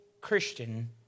Christian